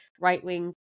right-wing